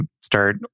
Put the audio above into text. start